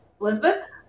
Elizabeth